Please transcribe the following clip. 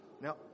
Now